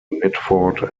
mitford